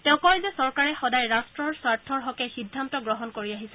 তেওঁ কয় যে চৰকাৰে সদায় ৰাট্টৰ স্বাৰ্থৰ হকে সিদ্ধান্ত গ্ৰহণ কৰি আহিছে